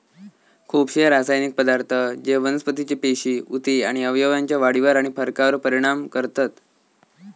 खुपशे रासायनिक पदार्थ जे वनस्पतीचे पेशी, उती आणि अवयवांच्या वाढीवर आणि फरकावर परिणाम करतत